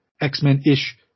X-Men-ish